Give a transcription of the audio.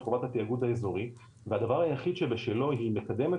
חובת התאגוד האזורי והדבר היחיד שבשלו היא מקדמת